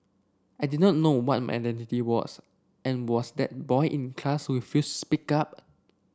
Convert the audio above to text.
I did not know what my identity was and was that boy in class who refused to speak up